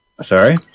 Sorry